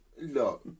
Look